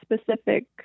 specific